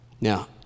Now